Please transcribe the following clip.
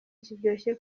kiryoshye